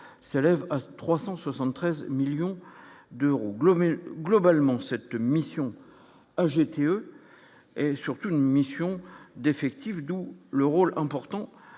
élèves 373 millions d'euros, mais globalement, cette mission a GTE et surtout une mission d'effectifs, d'où le rôle important